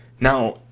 Now